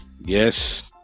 yes